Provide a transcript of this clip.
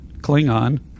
Klingon